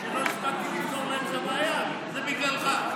שלא הספקתי לפתור להם את הבעיה, זה בגללך.